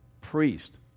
priest